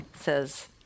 says